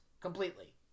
Completely